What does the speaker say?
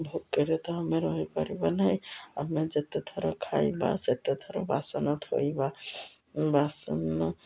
ଭୋକରେ ତ ଆମେ ରହିପାରିବା ନାହିଁ ଆମେ ଯେତେଥର ଖାଇବା ସେତେଥର ବାସନ ଧୋଇବା ବାସନ